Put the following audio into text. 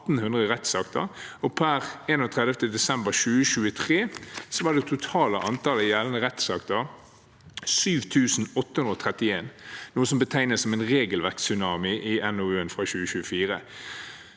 per 31. desember 2023 var det totale antallet gjeldende rettsakter 7 831, noe som betegnes som en regelverkstsunami i NOU-en fra 2024.